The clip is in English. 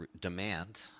demand